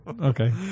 Okay